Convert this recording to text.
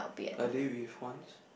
are they with horns